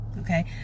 Okay